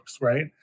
right